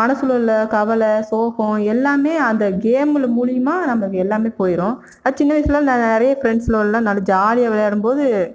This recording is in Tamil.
மனசில் உள்ள கவலை சோகம் எல்லாமே அந்த கேமில் மூலிமா நம்ம எல்லாமே போயிடும் அது சின்ன வயசுலெல்லாம் நான் நிறையா ஃப்ரெண்ட்ஸ்ஸுளோல்லாம் நல்லா ஜாலியாக விளையாடும் போது